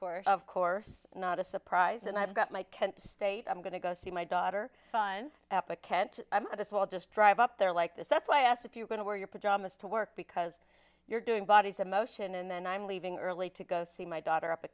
course of course not a surprise and i've got my kent state i'm going to go see my daughter son epic kent of us will just drive up there like this that's why i asked if you're going to wear your pajamas to work because you're doing bodies in motion and then i'm leaving early to go see my daughter up a